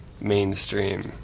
mainstream